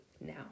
now